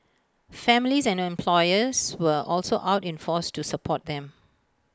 families and employers were also out in force to support them